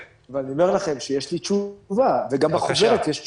ואני אומר לכם שיש לי תשובה, וגם בחוברת יש תשובה.